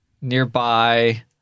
nearby